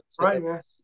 right